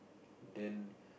then